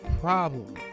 problem